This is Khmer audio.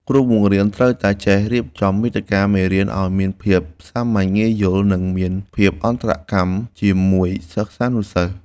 គ្រូបង្រៀនត្រូវចេះរៀបចំមាតិកាមេរៀនឱ្យមានភាពសាមញ្ញងាយយល់ និងមានភាពអន្តរកម្មជាមួយសិស្សានុសិស្ស។